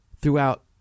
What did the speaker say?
throughout